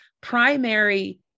primary